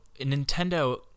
Nintendo